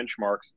benchmarks